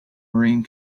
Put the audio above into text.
marine